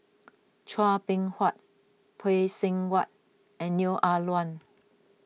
Chua Beng Huat Phay Seng Whatt and Neo Ah Luan